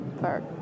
Park